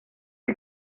die